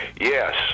yes